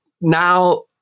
now